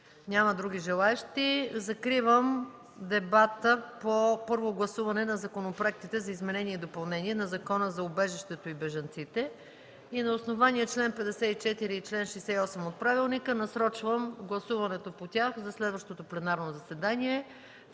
Няма други желаещи. Закривам дебата по първо гласуване на законопроектите за изменение и допълнение на Закона за убежищата и бежанците. На основание чл. 54, и чл. 68 от Правилника насрочвам гласуването по тях за следващото пленарно заседание